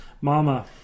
Mama